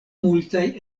multaj